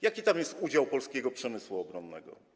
Jaki tam jest udział polskiego przemysłu obronnego?